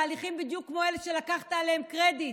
תהליכים בדיוק כמו אלה שלקחת עליהם קרדיט,